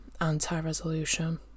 anti-resolution